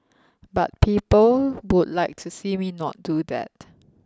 but people would like to see me not do that